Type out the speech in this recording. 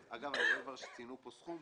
אגב, אני רואה שציינו סכום